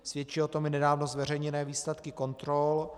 Svědčí o tom i nedávno zveřejněné výsledky kontrol.